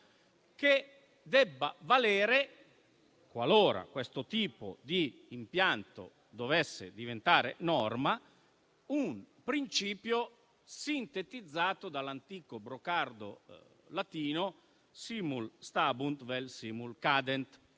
che debba valere, qualora questo tipo di impianto dovesse diventare norma, un principio sintetizzato dall'antico brocardo latino *simul stabunt vel simul cadent*.